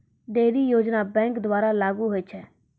ढ़ेरी योजना बैंक द्वारा लागू होय छै